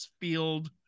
field